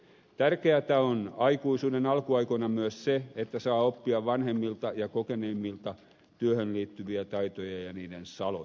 tärkeätä on aikuisuuden alkuaikoina myös se että saa oppia vanhemmilta ja kokeneemmilta työhön liittyviä taitoja ja niiden saloja